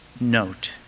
note